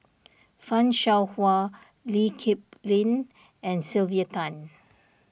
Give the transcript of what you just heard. Fan Shao Hua Lee Kip Lin and Sylvia Tan